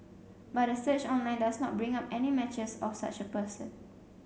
but a search online does not bring up any matches of such a person